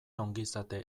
ongizate